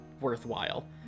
worthwhile